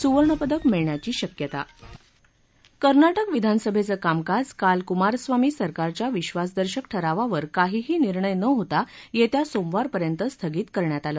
सुवर्ण पदक मिळण्याची शक्यता कर्नाटक विधानसभेचं कामकाज काल कुमारस्वामी सरकारच्या विश्वासदर्शक ठरावावर काहीही निर्णय न होता येत्या सोमवारपर्यंत स्थगित करण्यात आलं